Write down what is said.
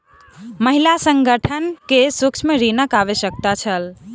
महिला संगठन के सूक्ष्म ऋणक आवश्यकता छल